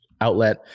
outlet